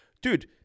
Dude